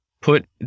put